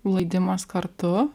leidimas kartu